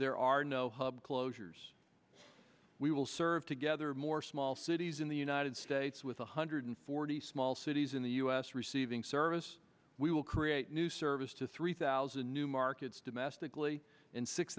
there are no hub closures we will serve together more small cities in the united states with one hundred forty small cities in the u s receiving service we will create new service to three thousand new markets domestically and six